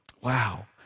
Wow